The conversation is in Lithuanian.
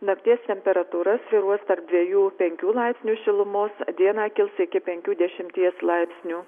nakties temperatūra svyruos tarp dviejų penkių laipsnių šilumos dieną kils iki penkių dešimties laipsnių